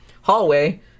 hallway